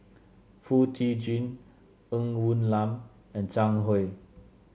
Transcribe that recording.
Foo Tee Jun Ng Woon Lam and Zhang Hui